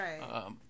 right